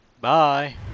Bye